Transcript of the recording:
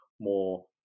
more